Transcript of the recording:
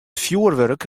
fjoerwurk